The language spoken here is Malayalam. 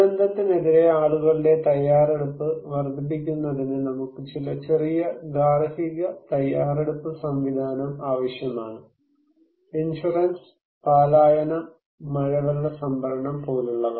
ദുരന്തത്തിനെതിരെ ആളുകളുടെ തയ്യാറെടുപ്പ് വർദ്ധിപ്പിക്കുന്നതിന് നമുക്ക് ചില ചെറിയ ഗാർഹിക തയ്യാറെടുപ്പ് സംവിധാനം ആവശ്യമാണ് ഇൻഷുറൻസ് പലായനം മഴവെള്ള സംഭരണം പോലുള്ളവ